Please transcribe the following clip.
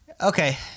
Okay